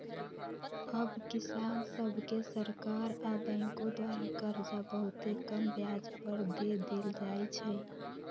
अब किसान सभके सरकार आऽ बैंकों द्वारा करजा बहुते कम ब्याज पर दे देल जाइ छइ